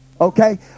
okay